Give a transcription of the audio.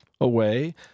away